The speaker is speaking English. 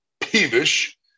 peevish